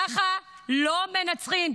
ככה לא מנצחים.